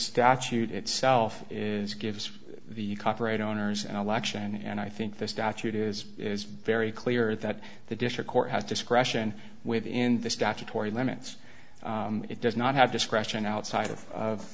statute itself is gives you copyright owners and election and i think the statute is it is very clear that the district court has discretion within the statutory limits it does not have discretion outside of